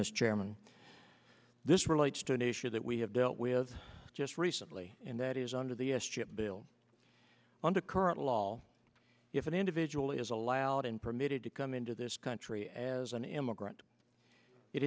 chairman this relates to an issue that we have dealt with just recently and that is under the s chip bill under current law if an individual is allowed and permitted to come into this country as an immigrant it